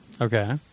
Okay